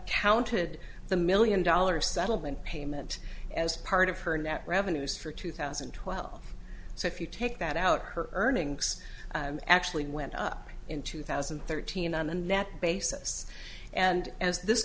counted the million dollar settlement payment as part of her net revenues for two thousand and twelve so if you take that out her earnings actually went up in two thousand and thirteen on a net basis and as this